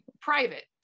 private